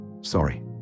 sorry